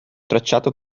tracciato